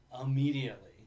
immediately